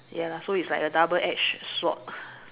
ya so it's like a double edged sword